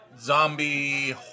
Zombie